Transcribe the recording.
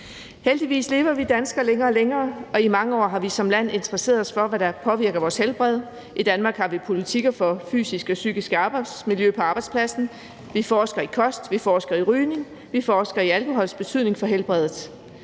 Heldigvis lever vi danskere længere og længere, og i mange år har vi som land interesseret os for, hvad der påvirker vores helbred. I Danmark har vi politikker for det fysiske og psykiske arbejdsmiljø på arbejdspladsen. Vi forsker i kost, vi forsker i rygning, og vi forsker i alkohols betydning for helbredet.